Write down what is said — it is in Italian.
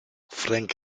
frank